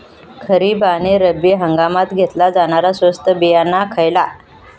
खरीप आणि रब्बी हंगामात घेतला जाणारा स्वस्त बियाणा खयला?